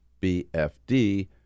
BFD